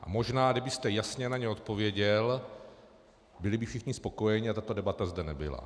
A možná kdybyste jasně na ně odpověděl, byli by všichni spokojeni a tato debata zde nebyla.